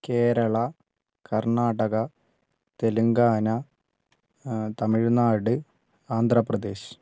Kerala Karnataka Telangana Tamil Nadu Andhra Pradesh